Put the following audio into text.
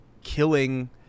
killing